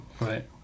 right